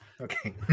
okay